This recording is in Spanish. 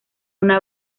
una